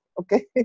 okay